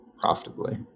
profitably